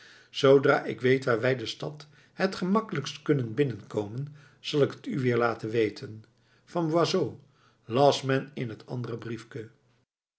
zoodra ik weet waar wij de stad het gemakkelijkst kunnen binnen komen zal ik het u weer laten weten van boisot las men in het andere briefke